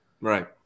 Right